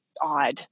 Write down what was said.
odd